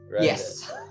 Yes